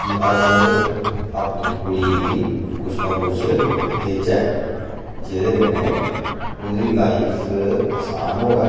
कि अस अपनी कुड़ी गी कुछ ना कुछ देचै जेह्दे कन्नै ओह्दी लाइफ असान होऐ